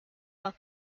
while